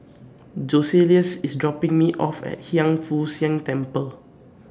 Joseluis IS dropping Me off At Hiang Foo Siang Temple